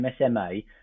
MSMA